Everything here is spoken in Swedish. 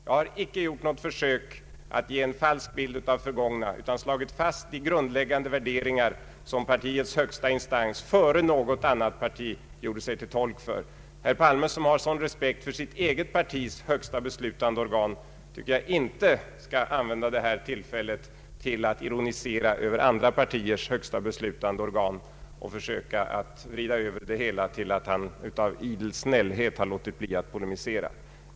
Jag har icke gjort något försök att ge en falsk bild av det förgångna utan slagit fast de grundläggande värderingar som partiets högsta instans, före något annat parti, gjorde sig till tolk för. Jag anser inte att herr Palme, som har sådan respekt för sitt eget partis högsta beslutande organ, skall använda detta tillfälle till att ironisera över andra partiers högsta beslutande organ och försöka vrida över det hela till att han av idel snällhet låtit bli att polemisera.